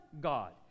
God